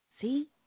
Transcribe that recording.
See